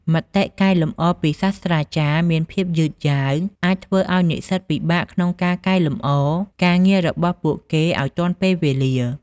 មតិកែលម្អពីសាស្ត្រាចារ្យមានភាពយឺតយ៉ាវអាចធ្វើឱ្យនិស្សិតពិបាកក្នុងការកែលម្អការងាររបស់ពួកគេឱ្យទាន់ពេលវេលា។